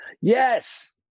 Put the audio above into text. Yes